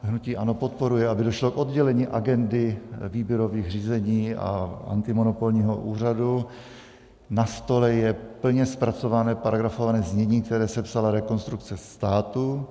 Hnutí ANO podporuje, aby došlo k oddělení agendy výběrových řízení a antimonopolního úřadu, na stole je plně zpracované paragrafované znění, které sepsala Rekonstrukce státu.